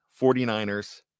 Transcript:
49ers